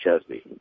Chesney